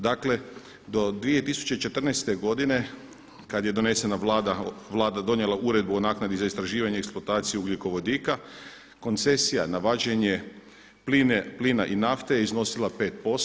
Dakle, do 2014. godine kad je donesena, Vlada donijela uredbu o naknadu za istraživanje i eksploataciju ugljikovodika koncesija na vađenje plina i nafte iznosila je 5%